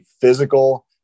physical